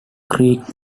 creek